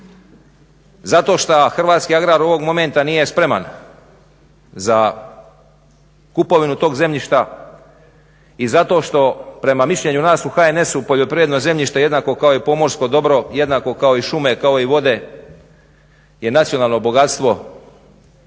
Zato šta hrvatski agrar ovog momenta nije spreman za kupovinu tog zemljišta i zato što prema mišljenju nas u HNS-u poljoprivredno zemljište jednako kao i pomorsko dobro, jednako kako i šume, kako i vode je nacionalno bogatstvo